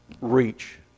reach